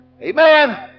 Amen